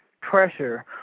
pressure